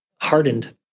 hardened